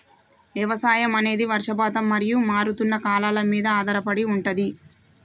వ్యవసాయం అనేది వర్షపాతం మరియు మారుతున్న కాలాల మీద ఆధారపడి ఉంటది